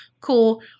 Cool